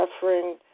suffering